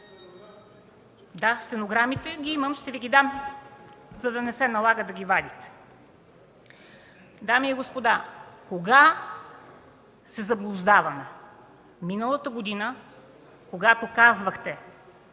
имам стенограмите. Ще Ви ги дам, за да не се налага да ги вадите. Дами и господа, кога се заблуждаваме? Миналата година ли, когато казвахте,